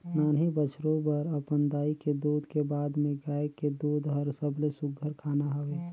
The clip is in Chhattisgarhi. नान्हीं बछरु बर अपन दाई के दूद के बाद में गाय के दूद हर सबले सुग्घर खाना हवे